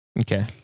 Okay